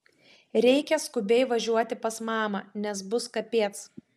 reikia skubiai važiuoti pas mamą nes bus kapiec